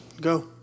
Go